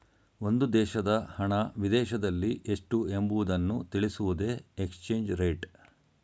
ಒಂದು ದೇಶದ ಹಣ ವಿದೇಶದಲ್ಲಿ ಎಷ್ಟು ಎಂಬುವುದನ್ನು ತಿಳಿಸುವುದೇ ಎಕ್ಸ್ಚೇಂಜ್ ರೇಟ್